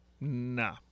Nah